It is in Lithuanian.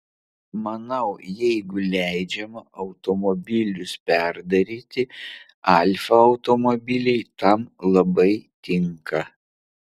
manau jeigu leidžiama automobilius perdaryti alfa automobiliai tam labai tinka